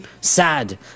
sad